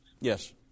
Yes